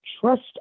Trust